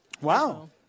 Wow